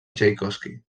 txaikovski